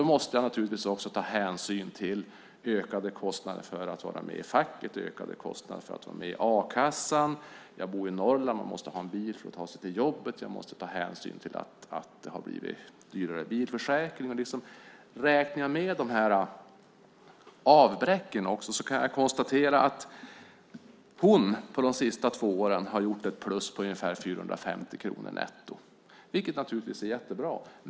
Då måste jag naturligtvis också ta hänsyn till ökade kostnader för att vara med i facket och ökade kostnader för att vara med i a-kassan. Jag bor i Norrland, så man måste ha en bil för att ta sig till jobbet. Jag måste alltså ta hänsyn till att bilförsäkringen har blivit dyrare. Räknar jag med de här avbräcken också kan jag konstatera att hon på de sista två åren har gjort ett plus på ungefär 450 kronor netto, vilket naturligtvis är jättebra.